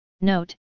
Note